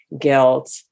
guilt